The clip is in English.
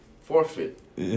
forfeit